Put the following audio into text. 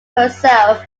herself